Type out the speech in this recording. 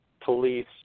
police